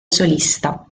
solista